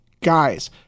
guys